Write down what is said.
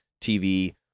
TV